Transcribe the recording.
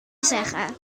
zeggen